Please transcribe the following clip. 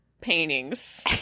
paintings